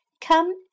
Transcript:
Come